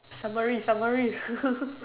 summary summary